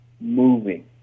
moving